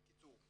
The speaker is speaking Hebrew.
בקיצור.